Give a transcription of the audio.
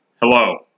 Hello